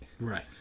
Right